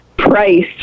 price